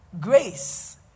Grace